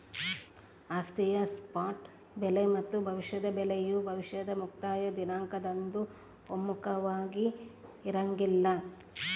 ಆಸ್ತಿಯ ಸ್ಪಾಟ್ ಬೆಲೆ ಮತ್ತು ಭವಿಷ್ಯದ ಬೆಲೆಯು ಭವಿಷ್ಯದ ಮುಕ್ತಾಯ ದಿನಾಂಕದಂದು ಒಮ್ಮುಖವಾಗಿರಂಗಿಲ್ಲ